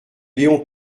léon